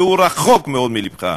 והוא רחוק מאוד מלבך,